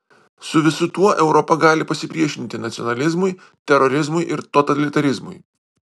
su visu tuo europa gali pasipriešinti nacionalizmui terorizmui ir totalitarizmui